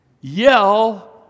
yell